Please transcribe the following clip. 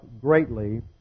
greatly